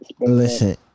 Listen